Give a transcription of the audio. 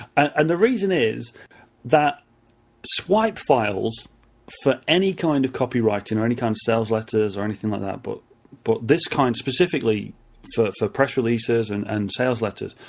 and the reason is that swipe files for any kind of copywriting, or any kind of sales letters, or anything like that, but but this kind specifically for for press releases and and sales letters,